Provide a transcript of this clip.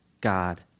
God